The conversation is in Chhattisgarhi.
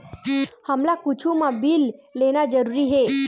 हमला कुछु मा बिल लेना जरूरी हे?